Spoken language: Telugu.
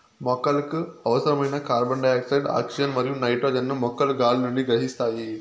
మొక్కలకు అవసరమైన కార్బన్డయాక్సైడ్, ఆక్సిజన్ మరియు నైట్రోజన్ ను మొక్కలు గాలి నుండి గ్రహిస్తాయి